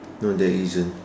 no there isn't